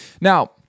Now